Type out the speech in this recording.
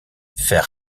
faire